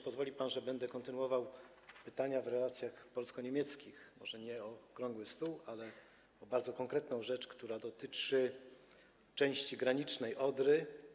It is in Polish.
Pozwoli pan, że będę kontynuował pytania w zakresie relacji polsko-niemieckich - może nie o okrągły stół, ale o bardzo konkretną rzecz, która dotyczy części granicznej Odry.